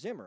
him